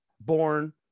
born